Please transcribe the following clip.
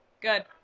Good